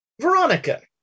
Veronica